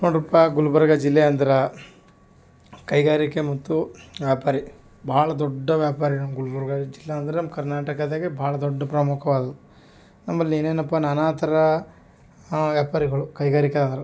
ನೋಡ್ರಪ್ಪಾ ಗುಲ್ಬರ್ಗ ಜಿಲ್ಲೆ ಅಂದ್ರೆ ಕೈಗಾರಿಕೆ ಮತ್ತು ವ್ಯಾಪಾರಿ ಭಾಳ ದೊಡ್ಡ ವ್ಯಾಪಾರಿ ನಮ್ಮ ಗುಲ್ಬರ್ಗ ಜಿಲ್ಲೆ ಅಂದ್ರೆ ನಮ್ಮ ಕರ್ನಾಟಕದಾಗೆ ಭಾಳ ದೊಡ್ಡ ಪ್ರಮುಖವಾದದು ನಮ್ಮಲ್ಲಿ ಏನೇನಪ್ಪ ನಾನಾ ಥರ ವ್ಯಾಪಾರಿಗಳು ಕೈಗಾರಿಕಾರು